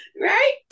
right